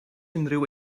unrhyw